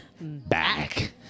back